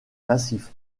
massif